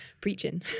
Preaching